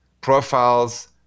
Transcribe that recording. profiles